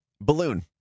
Balloon